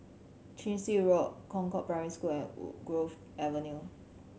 Chin Swee Road Concord Primary School and Woodgrove Avenue